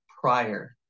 prior